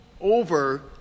over